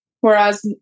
Whereas